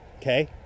Okay